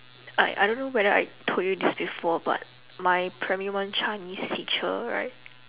I I don't think whether I told you this before but my primary one chinese teacher right